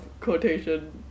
quotation